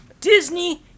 Disney